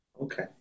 Okay